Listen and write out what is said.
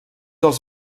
els